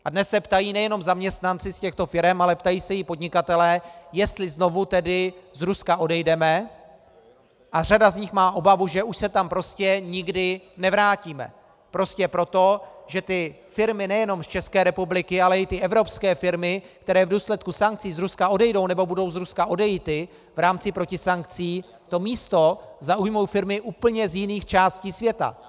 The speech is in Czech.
A dnes se ptají nejen zaměstnanci z těchto firem, ale ptají se i podnikatelé, jestli znovu tedy z Ruska odejdeme, a řada z nich má obavu, že už se tam prostě nikdy nevrátíme, prostě proto, že ty firmy nejenom z České republiky, ale i ty evropské firmy, které v důsledku sankcí z Ruska odejdou nebo budou odejity v rámci protisankcí, to místo zaujmou firmy úplně z jiných částí světa.